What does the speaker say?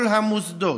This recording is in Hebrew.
כל המוסדות